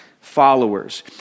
followers